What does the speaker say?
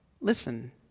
Listen